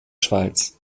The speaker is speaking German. schweiz